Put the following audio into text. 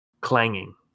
clanging